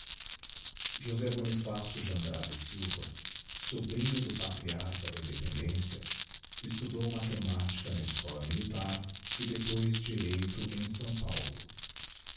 josé bonifácio de andrada e silva sobrinho do patriarcha da independência estudou mathematica na escola militar e depois direito em s paulo